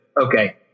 Okay